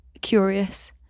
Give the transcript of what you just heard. curious